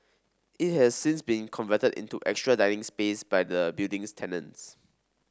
it has since been converted into extra dining space by the building's tenants